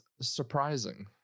surprising